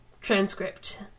transcript